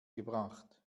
gebracht